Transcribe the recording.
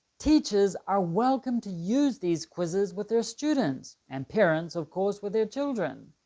teachers are welcome to use these quizzes with their students, and parents of course with their children.